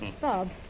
Bob